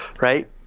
right